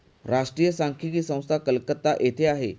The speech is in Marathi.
राष्ट्रीय सांख्यिकी संस्था कलकत्ता येथे आहे